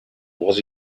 was